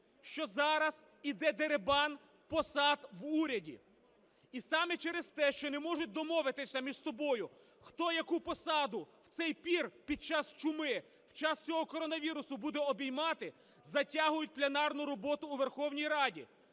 що зараз йде дерибан посад в уряді. І саме через те, що не можуть домовитися між собою, хто яку посаду в цей пір під час чуми, в час цього коронавірусу буде обіймати, затягують пленарну роботу у Верховній Раді.